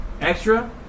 Extra